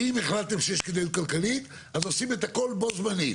ואם החלטתם שיש כדאיות כלכלית אז עושים את הכול בו זמנים.